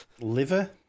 Liver